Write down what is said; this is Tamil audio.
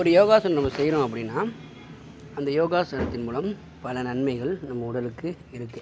ஒரு யோகாசனம் நம்ம செய்கிறோம் அப்படினா அந்த யோகாசனத்தின் மூலம் பல நன்மைகள் நம்ம உடலுக்கு இருக்குது